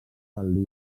del